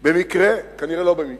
במקרה, כנראה לא במקרה,